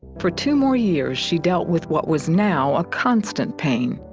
for two more years, she dealt with what was now a constant pain.